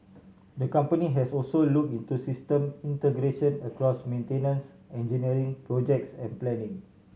the company has also look into system integration across maintenance engineering projects and planning